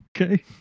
Okay